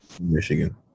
Michigan